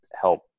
help